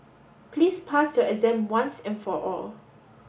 please pass your exam once and for all